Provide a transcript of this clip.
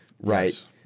right